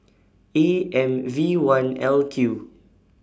A M V one L Q